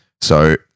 So-